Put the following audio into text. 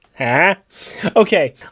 Okay